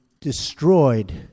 destroyed